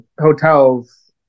hotels